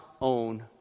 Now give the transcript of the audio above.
own